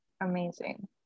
Amazing